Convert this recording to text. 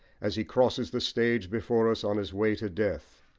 as he crosses the stage before us on his way to death,